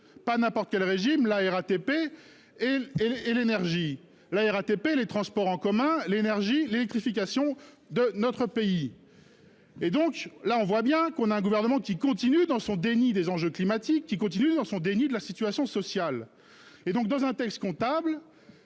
pas n'importe quel régime la RATP et et l'énergie, la RATP, les transports en commun, l'énergie l'électrification de notre pays. Et donc là on voit bien qu'on a un gouvernement qui continue dans son déni des enjeux climatiques qui continue dans son déni de la situation sociale et donc dans un texte comptable.